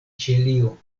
ĉilio